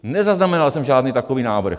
Nezaznamenal jsem žádný takový návrh.